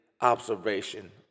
observation